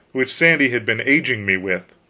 which sandy had been aging me with.